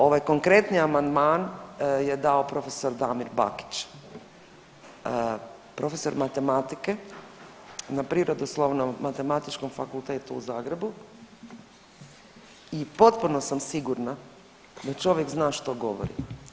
Ovaj konkretni amandman je dao prof.dr. Damir Bakić, prof. matematike na Prirodoslovnom-matematičkom fakultetu u Zagrebu i potpuno sam sigurna da čovjek zna što govori.